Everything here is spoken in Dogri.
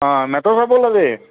हां मैह्ता साह्ब बोल्ला दे